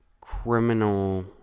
criminal